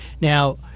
Now